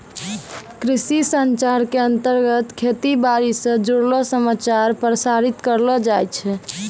कृषि संचार के अंतर्गत खेती बाड़ी स जुड़लो समाचार प्रसारित करलो जाय छै